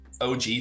OG